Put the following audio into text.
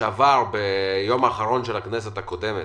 שעבר ביום האחרון של הכנסת הקודמת,